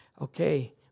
okay